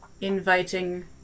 inviting